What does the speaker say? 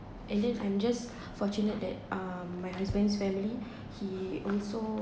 and then I'm just fortunate that uh my husband's family he also